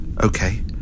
Okay